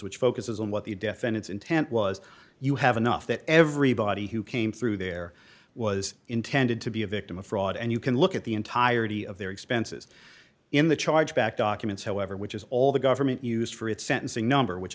which focuses on what the defendant's intent was you have enough that everybody who came through there was intended to be a victim of fraud and you can look at the entirety of their expenses in the chargeback documents however which is all the government used for its sentencing number which